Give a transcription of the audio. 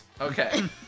Okay